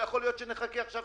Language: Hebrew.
לא יכול להיות שנחכה עכשיו